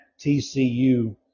TCU